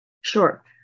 Sure